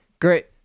Great